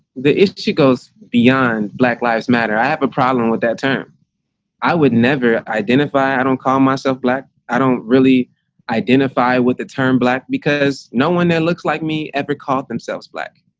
the issue goes beyond black lives matter. i have a problem with that. term i would never identify. i don't call myself black. i don't really identify with the term black because no one that looks like me ever call themselves black.